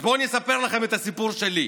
אז בואו אני אספר לכם את הסיפור שלי,